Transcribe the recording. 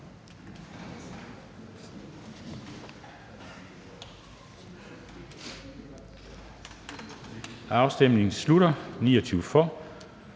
Afstemningen slutter. For